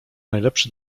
najlepszy